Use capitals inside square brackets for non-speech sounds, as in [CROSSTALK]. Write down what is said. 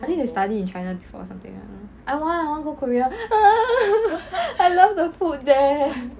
I think they study in china before or something I don't know I want I want go korea [NOISE] I love the food there